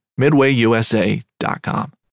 MidwayUSA.com